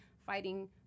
fighting